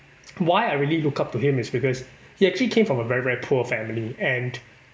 why I really look up to him is because he actually came from a very very poor family and